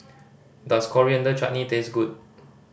does Coriander Chutney taste good